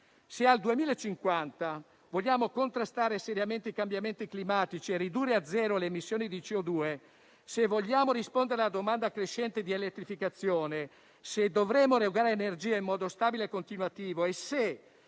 Se al 2050 vogliamo contrastare seriamente i cambiamenti climatici e ridurre a zero le emissioni di CO2; se vogliamo rispondere alla domanda crescente di elettrificazione; se dovremo erogare energia in modo stabile e continuativo e se